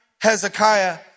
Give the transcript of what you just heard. Hezekiah